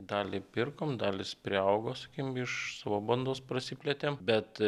dalį pirkom dalis priaugo sakykim iš savo bandos prasiplėtėm bet